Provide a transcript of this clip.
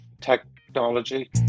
technology